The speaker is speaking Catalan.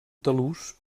talús